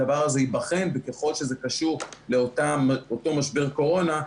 הדבר הזה ייבחן וככל שזה קשור לאותו משבר קורונה,